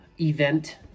event